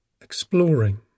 Exploring